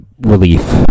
relief